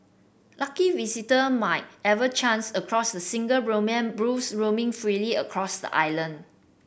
lucky visitor might chance across the single Brahman bulls roaming freely across the island